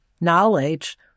knowledge